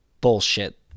bullshit